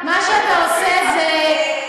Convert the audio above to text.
מה שאתה עושה זה,